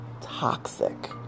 toxic